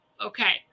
okay